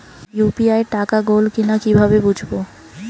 UPI টাকা গোল কিনা কিভাবে বুঝব?